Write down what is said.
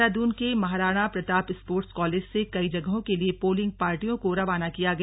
देहरादून के Maharana Pratap sports college से कई जगहों के लिए पोलिंग पार्टियों को रवाना किया गया